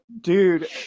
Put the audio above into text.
dude